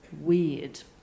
Weird